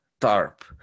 tarp